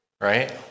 right